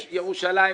יש בירושלים,